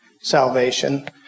salvation